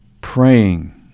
praying